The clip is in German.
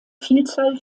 vielzahl